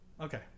Okay